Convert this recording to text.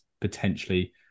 potentially